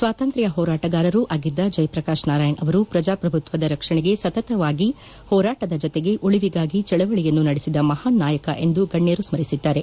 ಸ್ವಾತಂತ್ರ್ಯ ಹೋರಾಟಗಾರರೂ ಆಗಿದ್ದ ಜಯಪ್ರಕಾಶ್ ನಾರಾಯಣ ಅವರು ಪ್ರಜಾಪ್ರಭುತ್ವದ ರಕ್ಷಣೆಗೆ ಸತತವಾಗಿ ಹೋರಾಟದ ಜತೆಗೆ ಉಳಿವಿಗಾಗಿ ಚಳವಳಿಯನ್ನು ನಡೆಸಿದ ಮಹಾನ್ ನಾಯಕ ಎಂದು ಗಣ್ಯರು ಸ್ಮರಿಸಿದ್ದಾರೆ